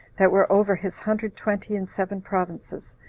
that were over his hundred twenty and seven provinces,